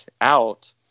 out